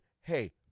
hey